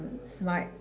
smart